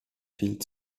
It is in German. viel